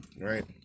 right